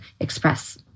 express